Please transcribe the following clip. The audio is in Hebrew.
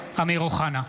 אמיר אוחנה,